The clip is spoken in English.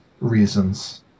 reasons